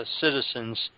citizens